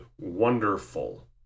wonderful